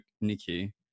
Nikki